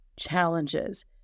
challenges